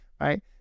right